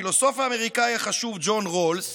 הפילוסוף האמריקאי החשוב ג'ון רולס